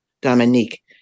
Dominique